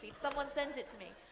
someone sends it to me.